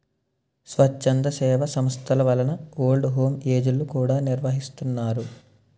స్వచ్ఛంద సేవా సంస్థల వలన ఓల్డ్ హోమ్ ఏజ్ లు కూడా నిర్వహిస్తున్నారు